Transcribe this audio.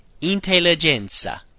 intelligenza